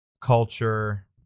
culture